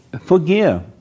forgive